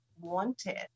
wanted